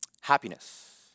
Happiness